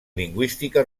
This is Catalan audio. lingüística